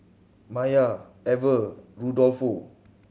Maiya Ever Rudolfo